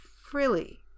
frilly